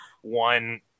one